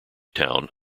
town